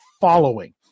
following